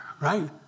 right